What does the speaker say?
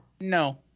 No